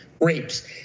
rapes